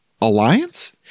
Alliance